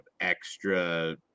extra